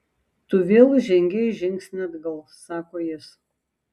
tu vėl žengei žingsnį atgal sako jis